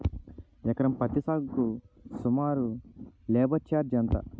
ఎకరం పత్తి సాగుకు సుమారు లేబర్ ఛార్జ్ ఎంత?